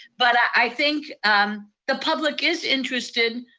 but i think the public is interested.